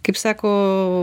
kaip sako